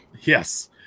Yes